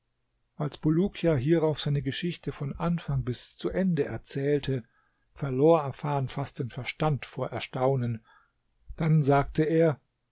als bulukia hierauf seine geschichte von anfang bis zu ende erzählte verlor afan fast den verstand vor erstaunen dann sagte er